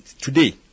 today